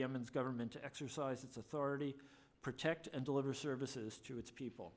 yemen's government to exercise its authority protect and deliver services to its people